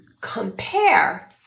compare